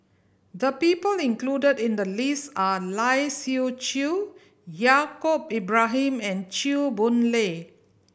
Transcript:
the people included in the list are Lai Siu Chiu Yaacob Ibrahim and Chew Boon Lay